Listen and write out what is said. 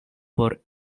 por